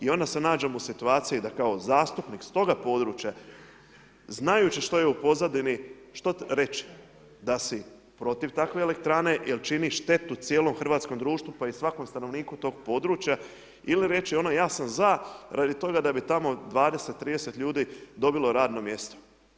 I onda se nađemo u situaciji da kao zastupnik s toga područja znajući što je u pozadini, što reći, da si protiv takve elektrane jer činiš štetu cijelom hrvatskom društvu pa i svakom stanovniku tog područja ili reći ono ja sam za radi toga da bi tamo 20, 30 ljudi dobilo radno mjesto.